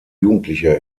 jugendliche